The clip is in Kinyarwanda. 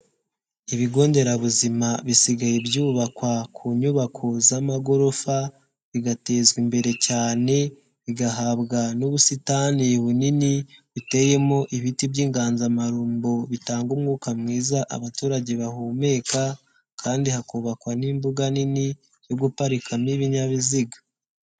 Ibigo nderabuzima bisigaye byubakwa ku nyubako z'amagorofa bigatezwa imbere cyane, bigahabwa n'ubusitani bunini buteyemo ibiti by'inganzamarumbo bitanga umwuka mwiza abaturage bahumeka, kandi hakubakwa n'imbuga nini yo guparikamo ibinyabiziga.